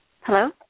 Hello